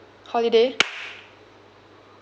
holiday